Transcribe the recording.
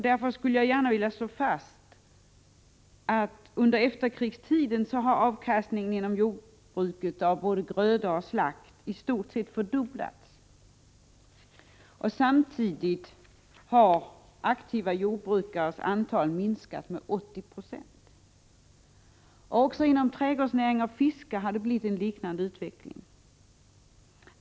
Därför skulle jag gärna vilja slå fast: Under efterkrigstiden har avkastningen inom jordbruket av både gröda och slakt i stort sett fördubblats, samtidigt som antalet aktiva jordbrukare har minskat med 80 26. Också inom trädgårdsnäringen och inom fisket har det varit en liknande utveckling.